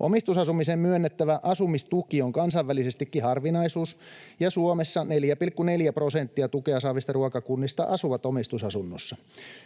Omistusasumiseen myönnettävä asumistuki on kansainvälisestikin harvinaisuus, ja Suomessa 4,4 prosenttia tukea saavista ruokakunnista asuu omistusasunnossa.